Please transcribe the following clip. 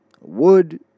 wood